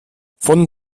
von